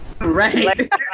Right